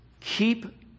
keep